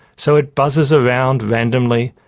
so it buzzes around randomly,